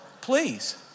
please